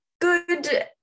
good